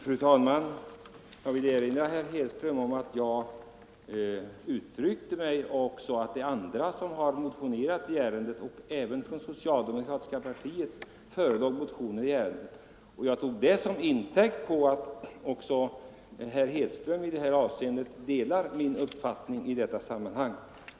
Fru talman! Jag vill erinra herr Hedström om att jag sade att även andra har motionerat i ärendet och att det också från socialdemokratiska partiet förelåg motioner. Och jag tog det till intäkt för att herr Hedström i detta avseende delar min uppfattning.